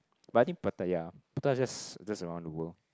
but I think Pattaya Pattaya is just just around the world